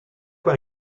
fois